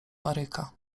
baryka